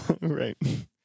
right